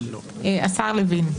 השר לוין,